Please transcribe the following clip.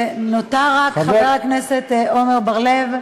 אז נותר רק חבר הכנסת עמר בר-לב,